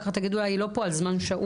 תגידו לה שהיא לא פה על זמן שאול.